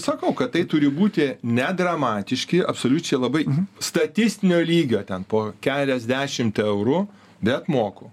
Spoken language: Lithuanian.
sakau kad tai turi būti ne dramatiški absoliučiai labai statistinio lygio ten po keliasdešimt eurų bet moku